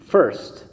First